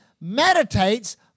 meditates